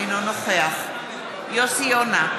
אינו נוכח יוסי יונה,